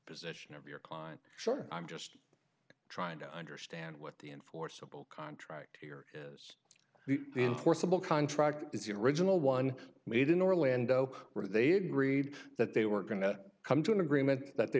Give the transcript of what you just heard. position of your client sure i'm just trying to understand what the enforceable contract here in forcible contract is your original one made in orlando where they agreed that they were going to come to an agreement that they